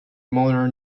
motor